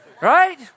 Right